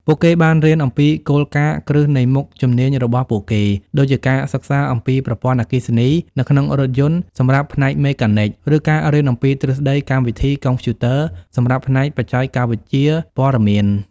ពួកគេបានរៀនអំពីគោលការណ៍គ្រឹះនៃមុខជំនាញរបស់ពួកគេ ដូចជាការសិក្សាអំពីប្រព័ន្ធអគ្គិសនីនៅក្នុងរថយន្តសម្រាប់ផ្នែកមេកានិក ឬការរៀនអំពីទ្រឹស្តីកម្មវិធីកុំព្យូទ័រសម្រាប់ផ្នែកបច្ចេកវិទ្យាព័ត៌មាន។